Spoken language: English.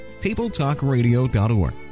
tabletalkradio.org